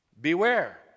Beware